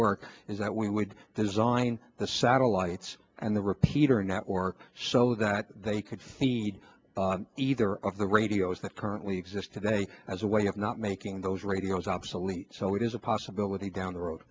work is that we would design the satellites and the repeater network so that they could see either of the radios that currently exist today as a way of not making those radios obsolete so it is a possibility down the